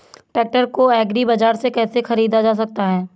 Tractor को agri bazaar से कैसे ख़रीदा जा सकता हैं?